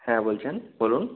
হ্যাঁ বলছেন বলুন